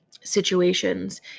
situations